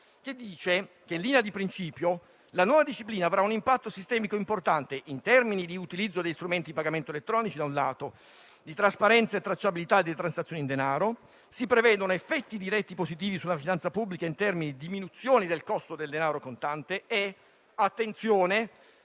che dice che, in linea di principio, la nuova disciplina avrà un impatto sistemico importante in termini di utilizzo degli strumenti di pagamento elettronici da un lato, di trasparenza e tracciabilità delle transazioni in denaro dall'altro. Si prevedono effetti diretti positivi sulla finanza pubblica in termini di diminuzione del costo del denaro contante e - attenzione